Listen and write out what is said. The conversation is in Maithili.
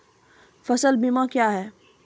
फसल बीमा क्या हैं?